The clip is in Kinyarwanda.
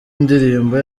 ndirimbo